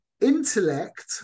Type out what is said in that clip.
Intellect